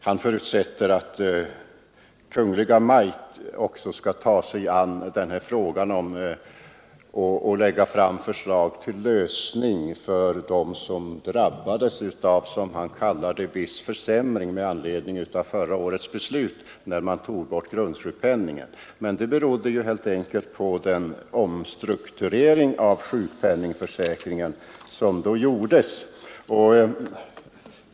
Han förutsatte att Kungl. Maj:t skulle ta sig an saken och lägga fram förslag till lösning för dem som drabbas av vad han kallade viss försämring med berodde helt enkelt på den omstrukturering av sjukpenningförsäkringen som då gjordes.